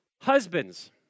Husbands